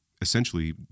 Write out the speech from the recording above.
essentially